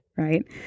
Right